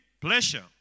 pleasure